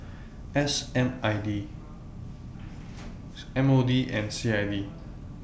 S M R T M O D and C I D